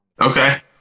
Okay